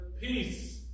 peace